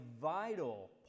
vital